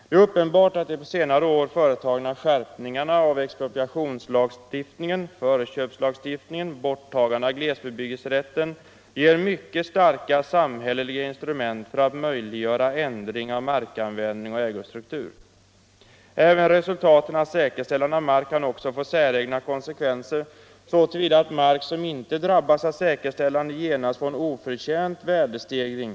Det är uppenbart att de på senare år företagna skärpningarna av expropriationslagstiftningen, förköpslagstiftningen och borttagandet av glesbebyggelserätten ger mycket starka samhälleliga instrument för att möjliggöra ändring av markanvändning och ägostruktur. Även resultaten av säkerställande av mark kan få säregna konsekvenser så till vida att mark som inte drabbas av säkerställande genast får en oförtjänt värdestegring.